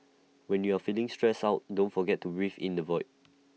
when you are feeling stressed out don't forget to breathe in the void